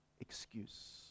excuse